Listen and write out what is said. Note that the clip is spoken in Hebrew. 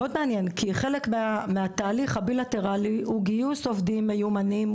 כי חלק מהתהליך הבילטרלי הוא גיוס עובדים מיומנים,